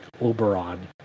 Oberon